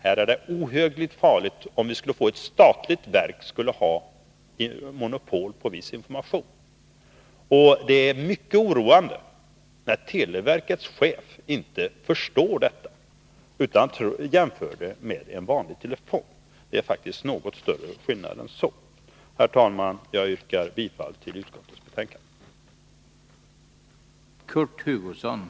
Här är det ohyggligt farligt om ett statligt verk har monopol på viss information. Och det är mycket oroande när televerkets chef inte förstår detta utan gör jämförelser med vanliga telefoner. Skillnaden är faktiskt rätt stor. Herr talman! Jag yrkar bifall till utskottets hemställan.